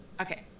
okay